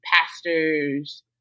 pastors